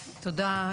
תודה.